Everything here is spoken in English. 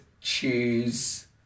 choose